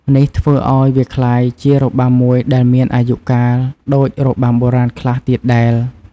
នេះធ្វើឱ្យវាក្លាយជារបាំមួយដែលមានអាយុកាលដូចរបាំបុរាណខ្លះទៀតដែល។